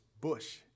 bush